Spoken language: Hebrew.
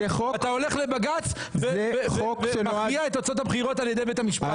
אתה הולך לבג"צ ומכריע את תוצאות הבחירות על ידי בית המשפט.